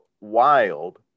wild